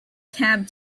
cab